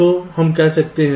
तो हम कहते हैं